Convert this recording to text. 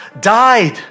died